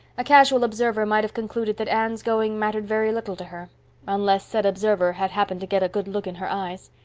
a casual observer might have concluded that anne's going mattered very little to her unless said observer had happened to get a good look in her eyes.